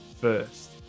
first